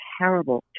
terrible